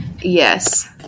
Yes